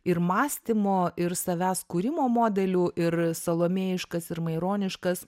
ir mąstymo ir savęs kūrimo modelių ir salomėjiškas ir maironiškas